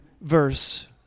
verse